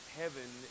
heaven